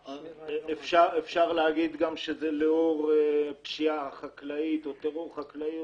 אפשר להגיד שזה גם לאור הפשיעה החקלאית או טרור חקלאי.